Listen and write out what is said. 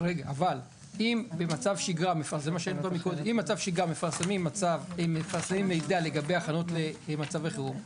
אבל אם במצב שגרה מפרסמים מידע לגבי הכנות למצבי חירום,